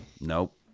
Nope